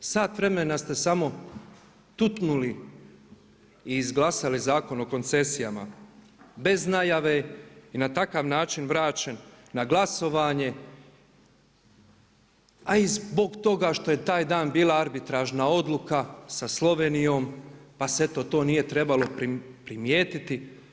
Sat vremena ste samo tutnuli i izglasali Zakon o koncesijama bez najave i na takav način vraćen na glasovanje a i zbog toga što je taj dan bila arbitražna odluka sa Slovenijom pa se eto to nije trebalo primijetiti.